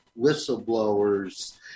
whistleblowers